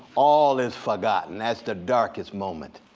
all is forgotten. that's the darkest moment